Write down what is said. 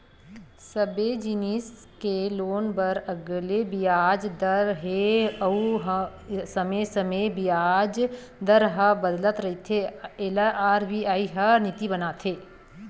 सबे जिनिस के लोन बर अलगे बियाज दर हे अउ समे समे बियाज दर ह बदलत रहिथे एला आर.बी.आई ह नीति बनाथे